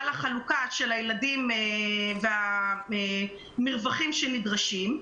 החלוקה של הילדים והמרווחים שנדרשים.